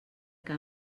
que